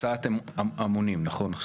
על זה אתם אמונים, נכון?